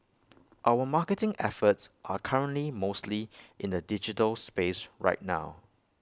our marketing efforts are currently mostly in the digital space right now